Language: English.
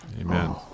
Amen